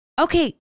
okay